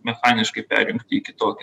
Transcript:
mechaniškai perjungti į kitokį